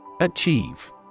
Achieve